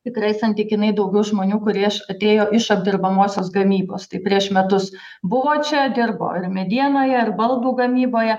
tikrai santykinai daugiau žmonių kurieš atėjo iš apdirbamosios gamybos tai prieš metus buvo čia dirbo ar medienoje ar baldų gamyboje